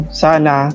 sana